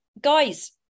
guys